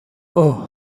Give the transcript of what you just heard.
اوه